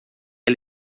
ela